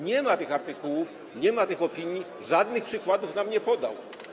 Nie ma tych artykułów, nie ma tych opinii, żadnych przykładów nam nie podał.